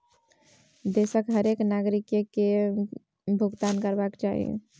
देशक हरेक नागरिककेँ कर केर भूगतान करबाक चाही